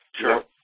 Sure